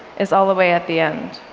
is all the way at the end.